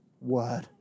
word